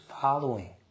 following